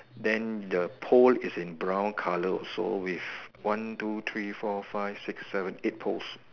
then the pole is in brown colour also with one two three four five six seven eight poles